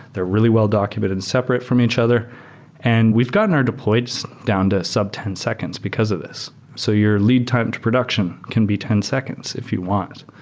they're really well-documented separate from each other and we've gotten our deploys down to a sub ten seconds because of this. so your lead time to production can be ten seconds if you want.